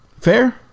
Fair